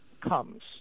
comes